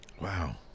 wow